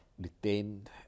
detained